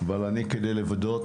אבל אני כדי לוודא,